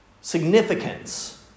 significance